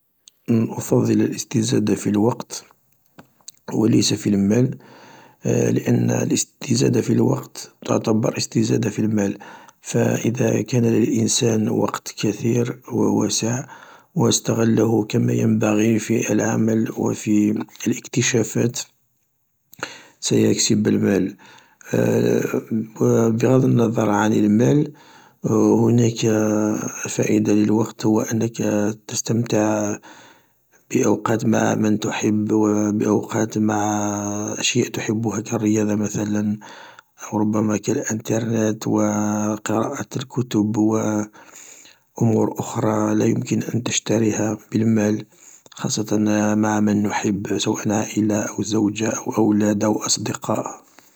أفضل الاستزادة في الوقت و ليس في المال لأن الاستزدة في الوقت تعتبر استزادة في المال: فان كان للانسان وقت كثير وواسع و استغله كما ينبغي في العمل و في الاكتشافات، سيكسب المال، بغض النظر عن المال، هناك فائدة للوقت هو أنك تستمتع بأوقات مع من تحب و بأوقات مع أشياء تحبها كالرياضة مثلا أو ربما كالأنترنت و قراءة الكتب و أمور أخرى لا يمكن أن تشتريها بالمال خاصة مع من نحب سواءا العائلة أو الزوجة أو الأولاد أو الأصدقاء.